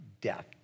death